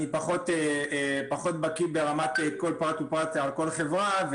אני פחות בקיא ברמת כל פרט ופרט על כל חברה.